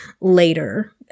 later